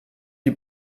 die